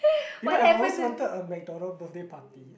you know I have always wanted a McDonald's birthday party